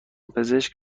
پزشک